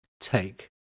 take